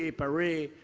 ah paris.